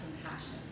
compassion